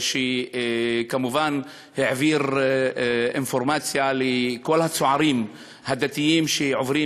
שכמובן העביר אינפורמציה לכל הצוערים הדתיים שעוברים